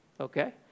Okay